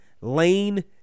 Lane